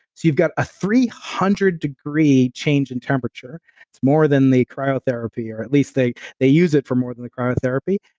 you've got ah three hundred degree change in temperature it's more than the cryotherapy or at least they they use it for more than a cryotherapy.